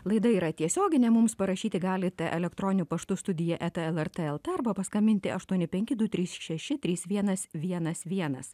laida yra tiesioginė mums parašyti galite elektroniu paštu studija eta lrt lt arba paskambinti aštuoni penki du trys šeši trys vienas vienas vienas